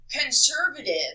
Conservative